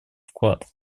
вклад